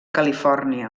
califòrnia